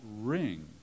Ring